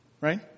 Right